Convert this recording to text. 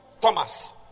Thomas